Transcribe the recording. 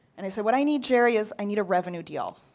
and i said what i need, gerry, is i need a revenue deal.